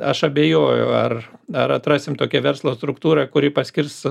aš abejoju ar ar atrasim tokią verslo struktūrą kuri paskirs